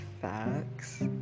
Facts